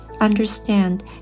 understand